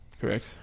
correct